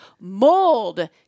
Mold